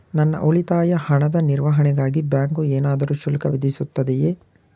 ನನ್ನ ಉಳಿತಾಯ ಹಣದ ನಿರ್ವಹಣೆಗಾಗಿ ಬ್ಯಾಂಕು ಏನಾದರೂ ಶುಲ್ಕ ವಿಧಿಸುತ್ತದೆಯೇ?